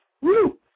Woo